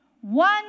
One